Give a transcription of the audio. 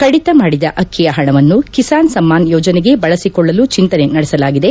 ಕಡಿತ ಮಾಡಿದ ಅಕ್ಕಿಯ ಹಣವನ್ನು ಕಿಸಾನ್ ಸಮ್ನಾನ್ ಯೋಜನೆಗೆ ಬಳಸಿಕೊಳ್ಳಲು ಚಿಂತನೆ ನಡೆಸಲಾಗಿದೆ